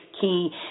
key